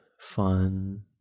fun